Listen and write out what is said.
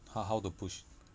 !huh! how to push